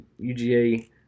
UGA